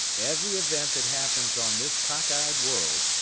every event that happens on this cockeyed world,